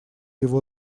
его